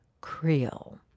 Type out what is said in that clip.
Creole